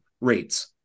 rates